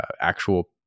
actual